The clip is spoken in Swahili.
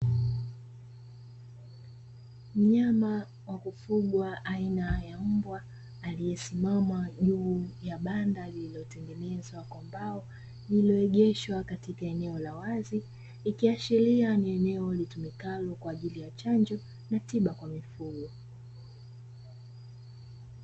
Mnyama wa kufugwa aina ya mbwa aliyesimama juu ya banda lililotengenezwa kwa mbao lililoegeshwa katika eneo la wazi ikiashiria ni eneo litumikalo kwa ajili ya chanjo na tiba kwa mifugo.